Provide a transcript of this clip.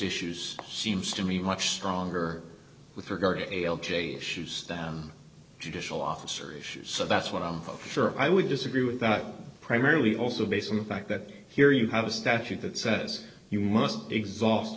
issues seems to me much stronger with regard to a l j issues than judicial officer issues so that's what i'm for sure i would disagree with that primarily also based on the fact that here you have a statute that says you must exhaust